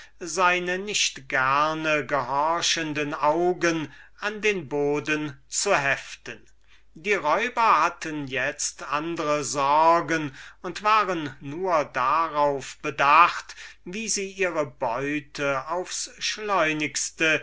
seine nicht gerne gehorchende augen an den boden zu heften allein die räuber hatten itzt andre sorgen und waren nur darauf bedacht wie sie ihre beute aufs schleunigste